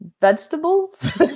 vegetables